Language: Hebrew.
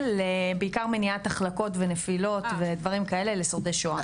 למניעת החלקות ונפילות ודברים דומים לשורדי שואה.